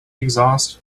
exhaust